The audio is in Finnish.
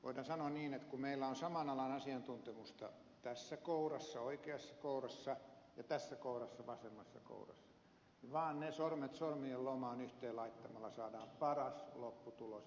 voidaan sanoa niin että kun meillä on saman alan asiantuntemusta oikeassa kourassa ja vasemmassa kourassa niin vain ne sormet sormien lomaan yhteen laittamalla saadaan paras lopputulos ja sitä ed